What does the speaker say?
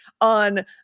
on